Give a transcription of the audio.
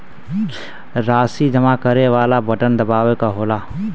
राशी जमा करे वाला बटन दबावे क होला